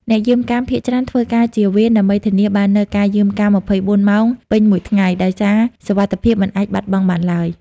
អ្នកយាមកាមភាគច្រើនធ្វើការជា វេន ដើម្បីធានាបាននូវការយាមកាម ២៤ ម៉ោងពេញមួយថ្ងៃ ដោយសារសុវត្ថិភាពមិនអាចបាត់បង់បានឡើយ។